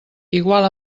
igual